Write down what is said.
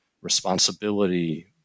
responsibility